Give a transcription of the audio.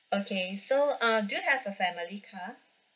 okay so uh do you have a family car